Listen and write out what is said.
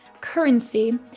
currency